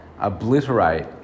obliterate